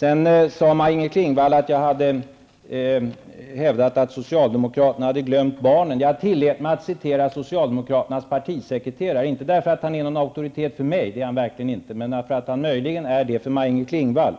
daghem. Maj-Inger Klingvall sade att jag hävdade att socialdemokraterna hade glömt barnen. Jag tillät mig att citera socialdemokraternas partisekreterare, inte för att han är en auktoritet för mig -- det är han verkligen inte -- utan för att han möjligen är en auktoritet för Maj-Inger Klingvall.